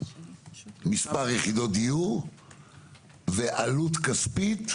מספר יחידות דיור ועלות כספית.